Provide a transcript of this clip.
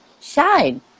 shine